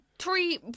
three